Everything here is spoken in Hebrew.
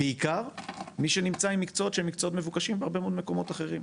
בעיקר מי שנמצא במקצועות שהם מבוקשים בהרבה מאוד מקומות אחרים.